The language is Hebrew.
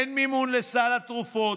אין מימון לסל התרופות,